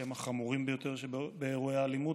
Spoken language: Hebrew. שהם החמורים ביותר שבאירועי האלימות,